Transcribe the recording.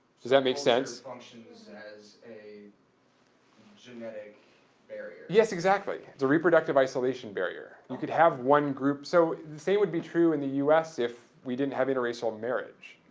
does that make sense? functions as a genetic barrier. yes, exactly. it's a reproductive isolation barrier. you could have one group. so, the same would be true in the us if we didn't have inter-racial marriage,